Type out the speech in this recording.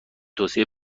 توسعه